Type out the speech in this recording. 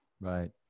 right